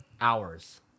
hours